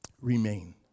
remain